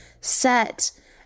set